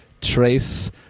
Trace